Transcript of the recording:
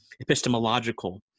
Epistemological